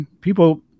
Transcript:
people